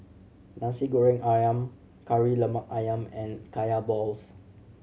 Nasi Goreng Ayam Kari Lemak Ayam and Kaya balls